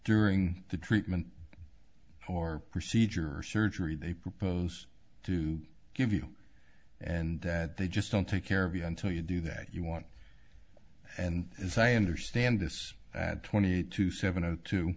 during the treatment or procedure or surgery they propose to give you and that they just don't take care of you until you do that you want and as i understand this ad twenty two seven zero two